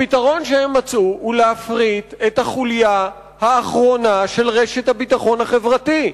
הפתרון שהם מצאו הוא להפריט את החוליה האחרונה של רשת הביטחון החברתי,